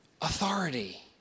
authority